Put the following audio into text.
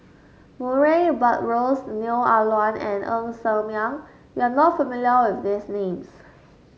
Murray Buttrose Neo Ah Luan and Ng Ser Miang you are not familiar with these names